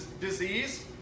disease